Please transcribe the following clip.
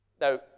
Now